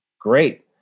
Great